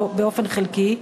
או באופן חלקי שמחה,